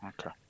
Okay